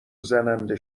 زننده